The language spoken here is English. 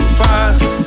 fast